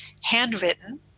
handwritten